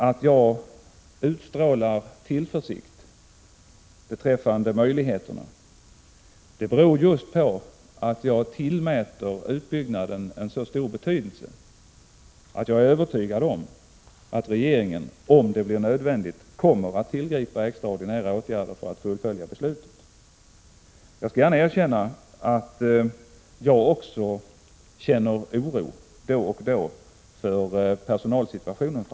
Att jag utstrålar tillförsikt beträffande möjligheterna beror just på att jag tillmäter utbyggnaden en så stor betydelse och att jag är övertygad om att regeringen, om det blir nödvändigt, kommer att tillgripa extraordinära åtgärder för att fullfölja beslutet. Jag skall gärna erkänna att jag också känner oro då och då framför allt för personalsituationen.